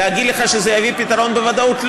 להגיד לך שזה יביא פתרון בוודאות?